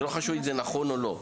לא חשוב אם זה נכון או לא,